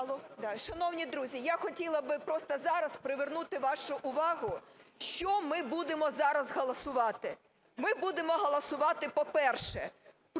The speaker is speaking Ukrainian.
Шановні друзі, я хотіла б просто зараз привернути вашу увагу, що ми будемо зараз голосувати? Ми будемо голосувати, по-перше, продаж